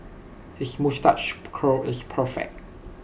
his moustache curl is perfect